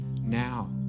now